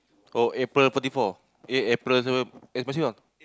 oh April forty four eh April s~ ah